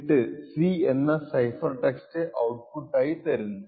എന്നിട്ട് C എന്ന cipher text output ആയി തരുന്നു